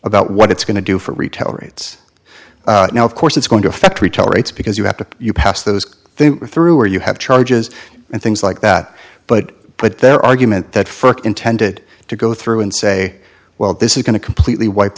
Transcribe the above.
about what it's going to do for retail rates now of course it's going to affect retail rates because you have to pass those things through or you have charges and things like that but but their argument that first intended to go through and say well this is going to completely wipe